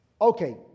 Okay